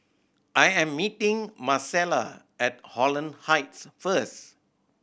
I am meeting Marcella at Holland Heights first